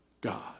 God